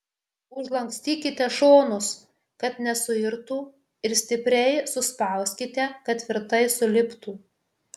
užlankstykite šonus kad nesuirtų ir stipriai suspauskite kad tvirtai suliptų